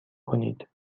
کنید